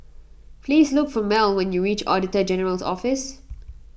please look for Mel when you reach Auditor General's Office